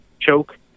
choke